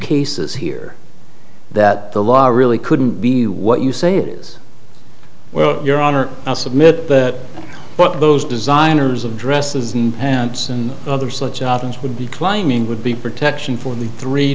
cases here that the law really couldn't be what you say it is well your honor i submit that but those designers of dresses and pants and other such items would be climbing would be protection for the three